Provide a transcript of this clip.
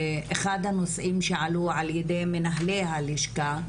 אחד הנושאים שעלו על-ידי מנהלי הלשכה,